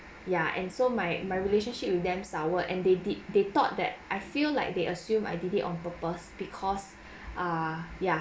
yeah and so my my relationship with them soured and they did they thought that I feel like they assumed I did it on purpose because ah yeah